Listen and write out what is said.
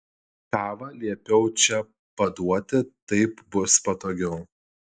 kavą liepiau čia paduoti taip bus patogiau